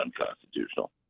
unconstitutional